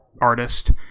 artist